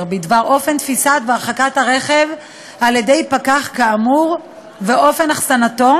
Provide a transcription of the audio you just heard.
בדבר אופן תפיסת והרחקת הרכב על-ידי פקח כאמור ואופן אחסנתו,